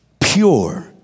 Pure